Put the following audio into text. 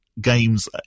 Games